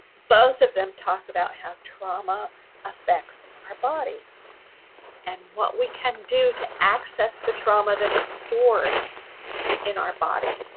both of them talk about how trauma affects our body and what we can do to access the trauma that is stored in our body.